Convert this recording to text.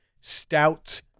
stout